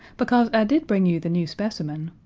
because i did bring you the new specimen.